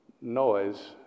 noise